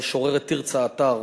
המשוררת תרצה אתר,